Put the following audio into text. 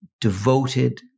devoted